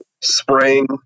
spring